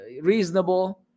reasonable